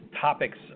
topics